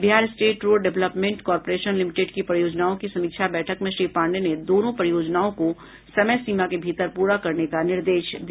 Bihar State Road Development Corporation Limited की परियोजनाओं की समीक्षा बैठक में श्री पाण्डेय ने दोनों परियोजनाओं को समय सीमा के भीतर पूरा करने का निर्देश दिया